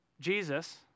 Jesus